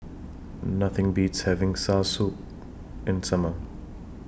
Nothing Beats having Soursop in The Summer